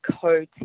Co